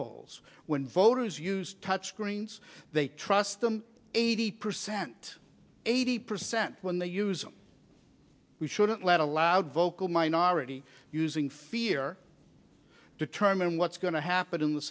polls when voters use touch screens they trust them eighty percent eighty percent when they use them we shouldn't let a loud vocal minority using fear determine what's going to happen in the